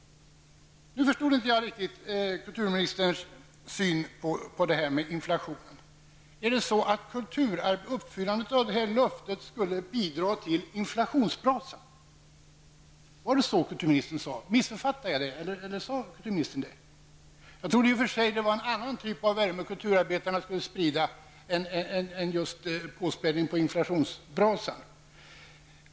Jag förstod inte riktigt hans syn på inflationen. Är det så att uppfyllandet av detta löfte skulle bidra till inflationsbrasan? Missuppfattade jag det, eller sade kulturministern det? Jag trodde i och för sig att det var en annan värme kulturarbetarna skulle sprida än att öka inflationsbrasan.